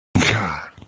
God